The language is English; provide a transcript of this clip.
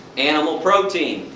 animal protein.